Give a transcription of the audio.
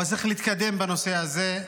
אבל צריך להתקדם בנושא הזה.